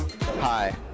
Hi